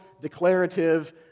declarative